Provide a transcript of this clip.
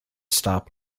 stop